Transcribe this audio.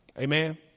Amen